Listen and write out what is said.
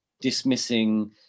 dismissing